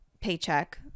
paycheck